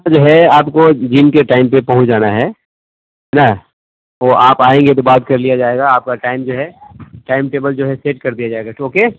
جو ہے آپ کو جم کے ٹائم پہ پہنچ جانا ہے ہے نا وہ آپ آئیں گے تو بات کر لیا جائے گا آپ کا ٹائم جو ہے ٹائم ٹیبل جو ہے سیٹ کر دیا جائے گا اوکے